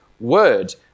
Word